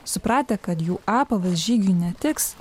supratę kad jų apavas žygiui netiks